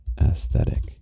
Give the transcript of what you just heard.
aesthetic